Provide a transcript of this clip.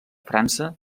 frança